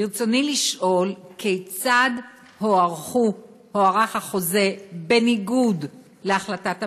רצוני לשאול: כיצד הוארך החוזה בניגוד להחלטת הממשלה,